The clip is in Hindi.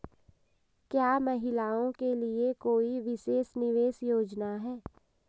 क्या महिलाओं के लिए कोई विशेष निवेश योजना है?